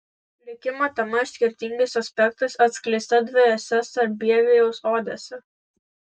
likimo tema skirtingais aspektais atskleista dviejose sarbievijaus odėse